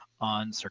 on